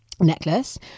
necklace